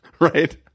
Right